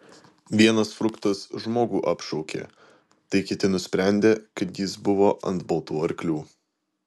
vienas fruktas žmogų apšaukė tai kiti nusprendė kad jis buvo ant baltų arklių